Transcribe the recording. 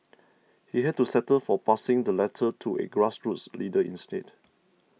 he had to settle for passing the letter to a grassroots leader instead